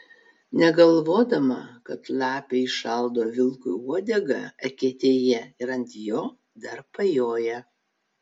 negalvodama kad lapė įšaldo vilkui uodegą eketėje ir ant jo dar pajoja